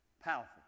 powerful